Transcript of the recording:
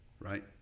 right